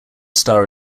star